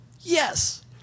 yes